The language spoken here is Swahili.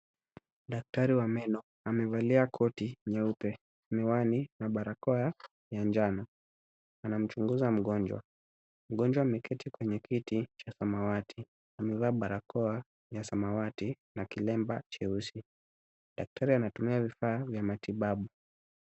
Daktari wa meno amevalia koti nyeupe, miwani na barakoa ya njano. Anamchunguza mgonjwa. Mgonjwa ameketi kwenye kiti cha samawati. Amevaa barakoa ya samawati na kilemba cheusi. Daktari anatumia vifaa vya matibabu.